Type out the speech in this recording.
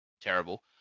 terrible